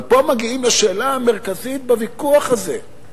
אבל פה מגיעים לשאלה המרכזית בוויכוח הזה,